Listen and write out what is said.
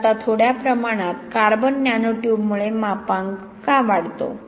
तर आता थोड्या प्रमाणात कार्बन नॅनो ट्यूबमुळे मापांक का वाढतो